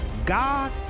God